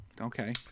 okay